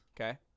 Okay